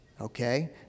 okay